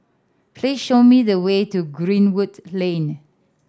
please show me the way to Greenwood Lane